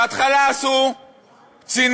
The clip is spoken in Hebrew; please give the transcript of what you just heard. בהתחלה עשו צינון-סינון,